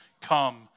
come